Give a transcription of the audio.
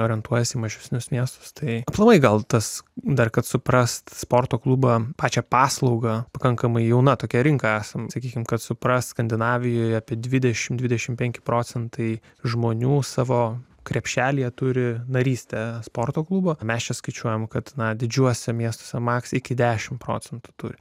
orientuojasi į mažesnius miestus tai aplamai gal tas dar kad suprasti sporto klubą pačią paslaugą pakankamai jauna tokia rinka esant sakykime kad suprask skandinavijoje apie dvidešimt dvidešimt penki procentai žmonių savo krepšelyje turi narystę sporto klubą mes čia skaičiuojame kad na didžiuosiuose miestuosemaks iki dešimt procentų turi